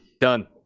Done